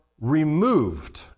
removed